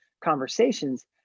conversations